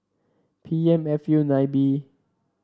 P M F U nine B